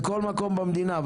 בכל מקום במדינה,